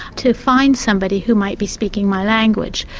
to find somebody who might be speaking my language.